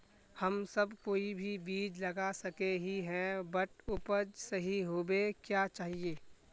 हम सब कोई भी बीज लगा सके ही है बट उपज सही होबे क्याँ चाहिए?